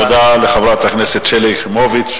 תודה לחברת הכנסת שלי יחימוביץ.